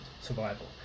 survival